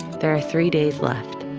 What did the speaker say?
there are three days left,